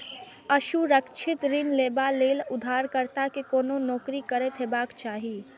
असुरक्षित ऋण लेबा लेल उधारकर्ता कें कोनो नौकरी करैत हेबाक चाही